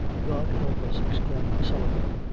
god help us, exclaimed sullivan,